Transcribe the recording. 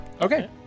Okay